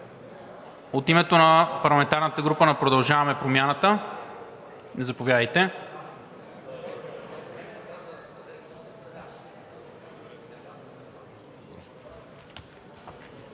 От името на парламентарната група на „Продължаваме Промяната“, заповядайте.